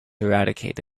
eradicated